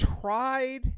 tried